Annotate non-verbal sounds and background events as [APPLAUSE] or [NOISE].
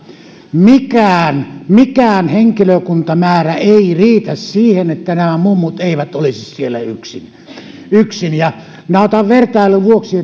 mikään mikään henkilökuntamäärä ei riitä siihen että nämä mummut eivät olisi siellä yksin yksin minä kerron vertailun vuoksi [UNINTELLIGIBLE]